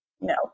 no